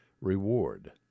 reward